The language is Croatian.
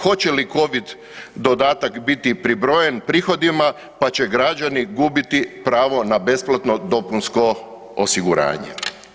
Hoće li Covid dodatak biti pribrojen prihodima pa će građani gubiti pravo na besplatno dopunsko osiguranje?